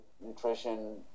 nutrition